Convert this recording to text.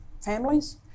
families